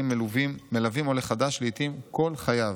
מלווים עולה חדש לעיתים כל חייו.